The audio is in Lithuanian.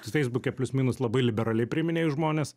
feisbuke plius minus labai liberaliai priiminėju žmones